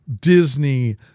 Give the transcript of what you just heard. Disney